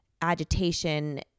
agitation